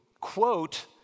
quote